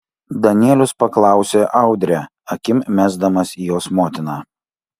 danielius paklausė audrę akim mesdamas į jos motiną